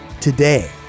today